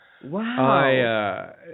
Wow